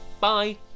bye